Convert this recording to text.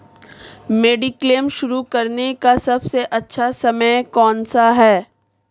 Mediclaim शुरू करने का सबसे अच्छा समय कौनसा है?